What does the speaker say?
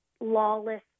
lawless